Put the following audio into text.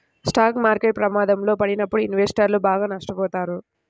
stock market ప్రమాదంలో పడినప్పుడు ఇన్వెస్టర్లు బాగా నష్టపోతారు